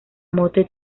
motte